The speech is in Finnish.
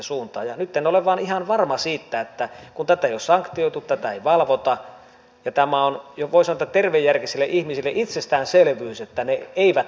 nyt en ole vain ihan varma siitä kun tätä ei ole sanktioitu tätä ei valvota ja tämä on voi sanoa tervejärkisille ihmisille itsestäänselvyys että he eivät toimi näin